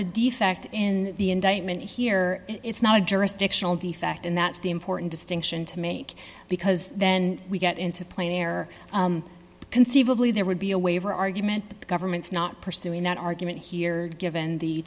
a defect in the indictment here it's not a jurisdictional defect and that's the important distinction to make because then we get into play or conceivably there would be a waiver argument that the government's not pursuing that argument here given the